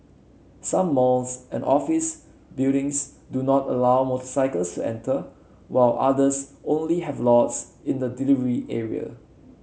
some malls and office buildings do not allow motorcycles to enter while others only have lots in the delivery area